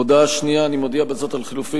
הודעה שנייה: אני מודיע בזאת על חילופי